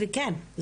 וכן,